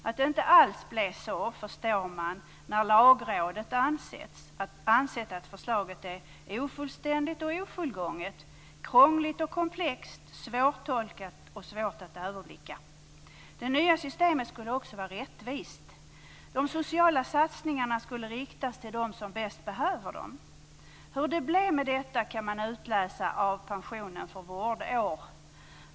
Att det inte alls blev så förstår man av att Lagrådet anser att förslaget är ofullständigt och ofullgånget, krångligt och komplext, svårtolkat och svårt att överblicka. Det nya systemet skulle också vara rättvist. De sociala satsningarna skulle riktas till dem som bäst behöver dem. Hur det blev med detta kan man utläsa av pensionen för vårdår.